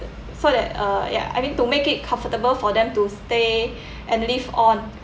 so that uh ya I mean to make it comfortable for them to stay and live on